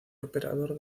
operador